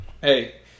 hey